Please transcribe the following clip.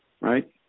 right